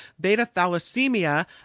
Beta-thalassemia